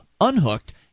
Unhooked